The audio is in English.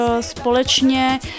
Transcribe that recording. společně